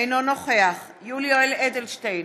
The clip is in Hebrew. אינו נוכח יולי יואל אדלשטיין,